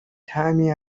طعمی